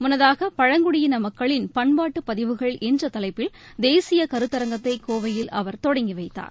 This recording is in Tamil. முன்னதாக பழங்குடியின மக்களின் பண்பாட்டு பதிவுகள் என்ற தலைப்பில் தேசிய கருத்தரங்கத்தை கோவையில் அவர் தொடங்கி வைத்தார்